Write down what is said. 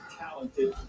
talented